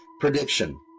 prediction